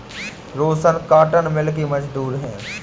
रोशन cotton mill में मजदूर है